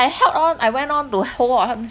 I held on I went on to hold her up